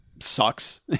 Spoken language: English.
sucks